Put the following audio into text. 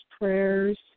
prayers